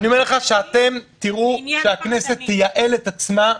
אני אומר שאתם תראו שהכנסת תייעל את עצמה,